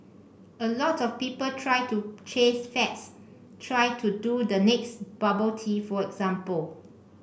a lot of people try to chase fads try to do the next bubble tea for example